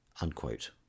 Unquote